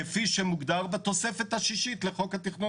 כפי שמוגדר בתוספת השישית לחוק התכנון והבנייה.